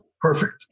Perfect